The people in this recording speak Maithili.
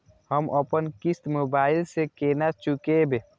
हम अपन किस्त मोबाइल से केना चूकेब?